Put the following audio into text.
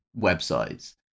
websites